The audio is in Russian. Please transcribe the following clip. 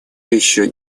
еще